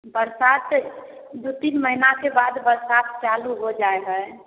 बरसात दुइ तीन महिनाके बाद बरसात चालू हो जाइ हइ